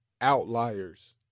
outliers